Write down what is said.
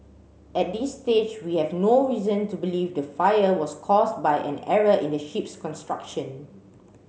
at this stage we have no reason to believe the fire was caused by an error in the ship's construction